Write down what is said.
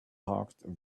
parked